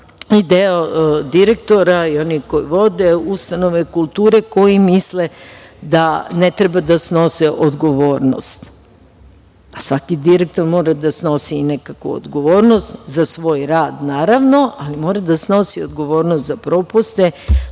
i deo direktora i onih koji vode ustanove kulture koji misle da ne treba da snose odgovornost. Svaki direktor mora da snosi i nekakvu odgovornost za svoj rad, naravno, ali mora da snosi odgovornost i za propuste,